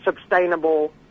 sustainable